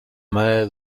medalla